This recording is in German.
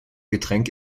getränk